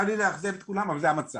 צר לי לאכזב את כולם אבל זה המצב.